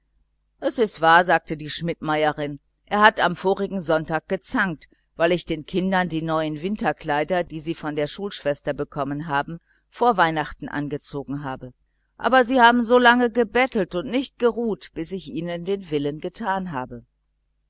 es ist wahr sagte die schmidtmeierin er hat am vorigen sonntag gezankt weil ich den kindern die neuen winterkleider die sie von der schulschwester bekommen haben vor weihnachten angezogen habe aber sie haben so lang gebettelt und nicht geruht bis ich ihnen den willen getan habe